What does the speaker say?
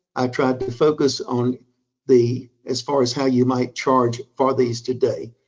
i've tried to focus on the, as far as how you might charge for these today.